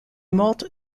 morte